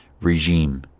regime